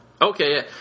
Okay